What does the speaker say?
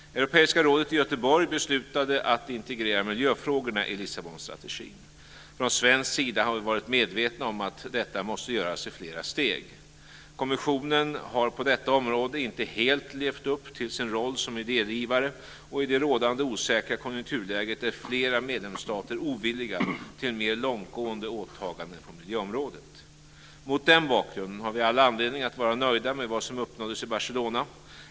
Europeiska rådet i Göteborg beslutade att integrera miljöfrågorna i Lissabonstrategin. Från svensk sida har vi varit medvetna om att detta måste göras i flera steg. Kommissionen har på detta område inte helt levt upp till sin roll som idégivare, och i det rådande osäkra konjunkturläget är flera medlemsstater ovilliga till mer långtgående åtaganden på miljöområdet. Mot den bakgrunden har vi all anledning att vara nöjda med vad som uppnåddes i Barcelona.